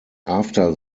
after